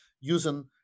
using